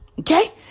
Okay